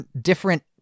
different